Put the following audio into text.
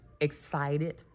excited